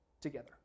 together